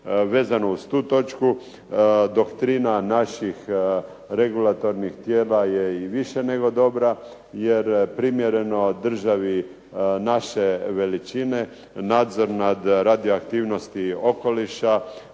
vezano uz tu točku, doktrina naših regulatornih tijela je više nego dobra, jer primjereno državi naše veličine nadzor nad radioaktivnosti okoliša